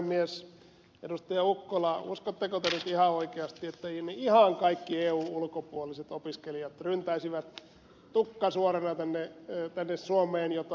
ukkola uskotteko te nyt ihan oikeasti että ihan kaikki eun ulkopuoliset opiskelijat ryntäisivät tukka suorana tänne suomeen jota ed